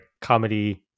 comedy